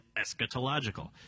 eschatological